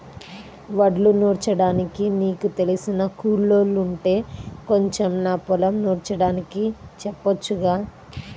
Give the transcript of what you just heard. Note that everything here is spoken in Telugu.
వడ్లు నూర్చడానికి నీకు తెలిసిన కూలోల్లుంటే కొంచెం నా పొలం నూర్చడానికి చెప్పొచ్చుగా